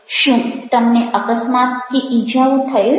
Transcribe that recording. શું તમને અકસ્માત કે ઇજાઓ થયેલ છે